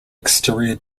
exterior